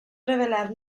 revelar